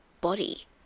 body